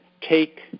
take